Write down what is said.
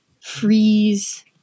freeze